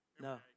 No